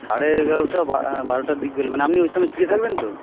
সাড়ে এগারোটা বা বারোটার দিকে গেলে মানে আপনি ওই সময় ফ্রি থাকবেন তো